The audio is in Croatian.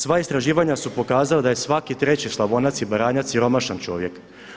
Sva istraživanja su pokazala da je svaki treći Slavonac i Baranjaca siromašan čovjek.